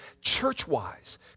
church-wise